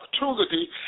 opportunity